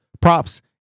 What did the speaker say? props